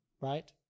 Right